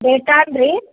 Dettol ರಿ